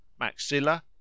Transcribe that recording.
maxilla